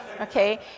Okay